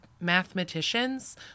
mathematicians